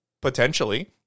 Potentially